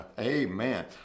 Amen